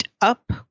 up